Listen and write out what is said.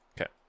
Okay